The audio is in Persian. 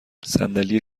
صندلی